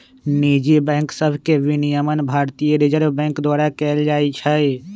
निजी बैंक सभके विनियमन भारतीय रिजर्व बैंक द्वारा कएल जाइ छइ